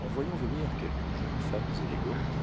en voyant venir quelques jeunes femmes élégantes